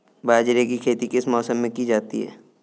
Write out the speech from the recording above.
बाजरे की खेती किस मौसम में की जाती है?